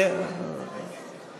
מבקשת הצעה לסדר.